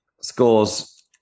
Scores